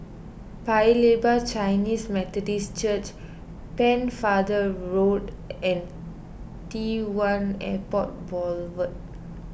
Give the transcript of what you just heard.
Paya Lebar Chinese Methodist Church Pennefather Road and T one Airport Boulevard